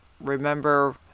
remember